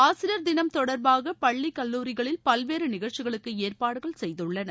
ஆசிரியர் தினம் தொடர்பாக பள்ளி கல்லூரிகளில் பல்வேறு நிகழ்ச்சிகளுக்கு ஏற்பாடுகள் செய்துள்ளன